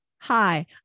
hi